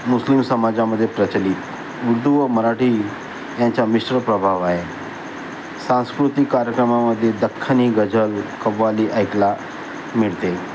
मुस्लिम समाजामध्ये प्रचलित उर्दू व मराठी ह्याचा मिश्र प्रभाव आहे सांस्कृतिक कार्यक्रमामध्ये दख्खनी गजल कव्वाली ऐकायला मिळते